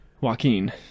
Joaquin